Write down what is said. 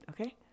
Okay